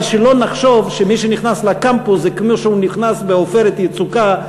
אבל שלא נחשוב שמי שנכנס לקמפוס זה כמו שהוא נכנס ב"עופרת יצוקה"